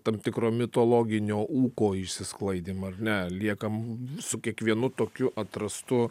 tam tikro mitologinio ūko išsisklaidymą ar ne liekam su kiekvienu tokiu atrastu